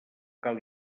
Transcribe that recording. cal